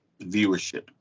viewership